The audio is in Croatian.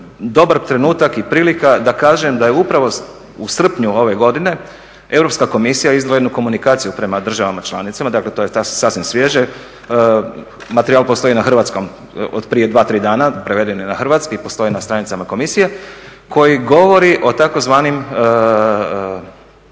dobar trenutak i prilika da kažem da je upravo u srpnju ove godine Europska komisija izvela jednu komunikaciju prema državama članicama, dakle to je sasvim svježe, materijal postoji na hrvatskom otprije 2, 3 dana, preveden je na hrvatski i postoji na stranicama komisije koji govori o tzv.